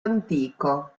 antico